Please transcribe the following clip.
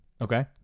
Okay